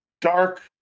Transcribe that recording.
dark